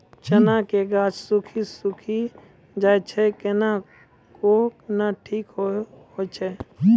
चना के गाछ सुखी सुखी जाए छै कहना को ना ठीक हो छै?